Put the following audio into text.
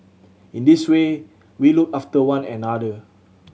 in this way we look after one another